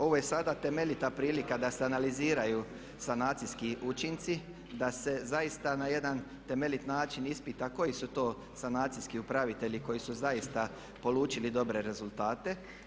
Ovo je sada temeljita prilika da se analiziraju sanacijski učinci, da se zaista na jedan temeljiti način ispita koji su to sanacijski upravitelji koji su zaista polučili dobre rezultate.